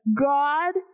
god